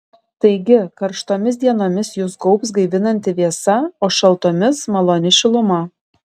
taigi karštomis dienomis jus gaubs gaivinanti vėsa o šaltomis maloni šiluma